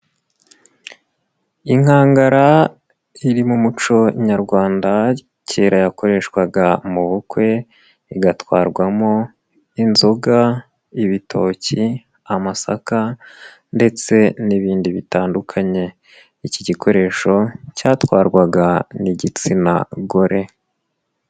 Inkangara iri mu muco nyarwanda kera yakoreshwaga mu bukwe igatwarwamo inzoga, ibitoki, amasaka ndetse n'ibindi bitandukanye. Iki gikoresho cyatwarwaga n'igitsina gore.